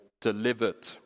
delivered